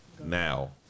Now